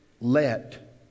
Let